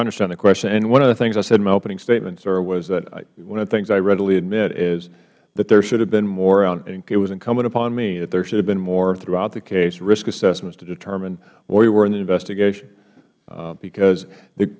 understand the question and one of the things i said in my opening statement sir was that one of the things i readily admit is that there should have been moreh it was incumbent upon me that there should have been more throughout the case risk assessments to determine where we were in the investigation because